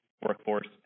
workforce